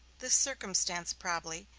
this circumstance, probably,